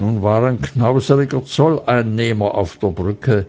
nun war ein knauseriger zolleinnehmer auf der brücke